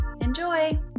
Enjoy